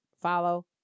follow